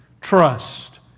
trust